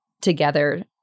together